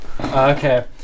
Okay